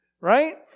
Right